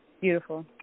Beautiful